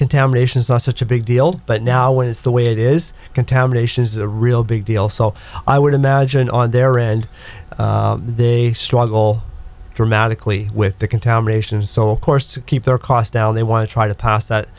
contamination saw such a big deal but now is the way it is contamination is a real big deal so i would imagine on their end they struggle dramatically with the contamination so course to keep their cost al they want to try to pass that